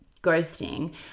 ghosting